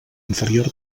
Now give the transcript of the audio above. inferior